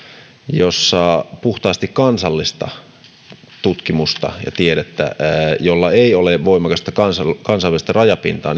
joissa puhtaasti kansallista tutkimusta ja tiedettä jolla ei ole voimakasta kansallista rajapintaa